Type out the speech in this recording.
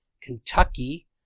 Kentucky